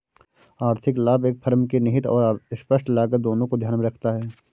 आर्थिक लाभ एक फर्म की निहित और स्पष्ट लागत दोनों को ध्यान में रखता है